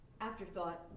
afterthought